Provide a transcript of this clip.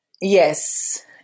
Yes